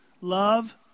Love